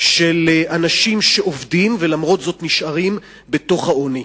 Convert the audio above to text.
של אנשים שעובדים ולמרות זאת נשארים עניים.